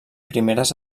primeres